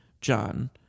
John